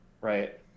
right